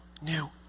new